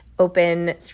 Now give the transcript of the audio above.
open